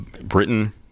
Britain